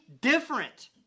different